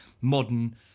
modern